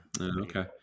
Okay